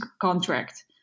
contract